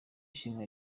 ishimwe